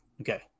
Okay